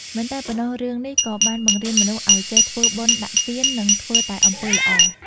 មិនតែប៉ុណ្ណោះរឿងនេះក៏បានបង្រៀនមនុស្សឲ្យចេះ ធ្វើបុណ្យដាក់ទាន និងធ្វើតែអំពើល្អ។